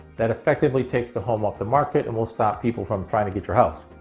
that effectively takes the home off the market and will stop people from trying to get your house.